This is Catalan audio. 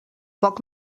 poc